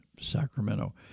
Sacramento